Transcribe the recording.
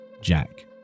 Jack